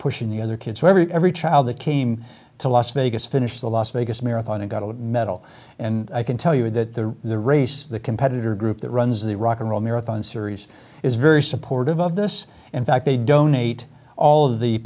pushing the other kids who every every child that came to las vegas finished the las vegas marathon and got a medal and i can tell you that the race the competitor group that runs the rock n roll marathon series is very supportive of this in fact they donate all of the